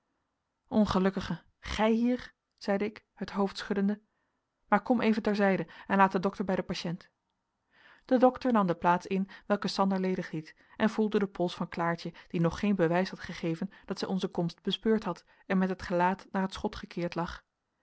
ongelukkige gij hier zeide ik het hoofd schuddende maar kom even ter zijde en laat den dokter bij de patiënt de dokter nam de plaats in welke sander ledig liet en voelde den pols van klaartje die nog geen bewijs had gegeven dat zij onze komst bespeurd had en met het gelaat naar het schot gekeerd lag